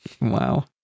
Wow